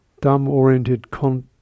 dumb-oriented